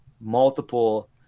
multiple